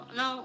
no